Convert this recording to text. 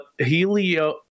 helio